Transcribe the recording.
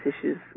issues